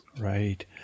Right